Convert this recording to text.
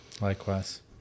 Likewise